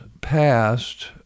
passed